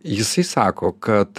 jisai sako kad